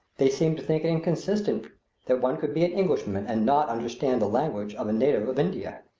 they seem to think it inconsistent that one could be an englishman and not understand the language of a native of india.